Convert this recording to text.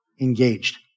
engaged